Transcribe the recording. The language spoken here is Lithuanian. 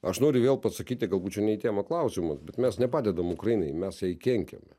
aš noriu vėl pasakyti galbūt čia ne į temą klausimas bet mes nepadedam ukrainai mes jai kenkiame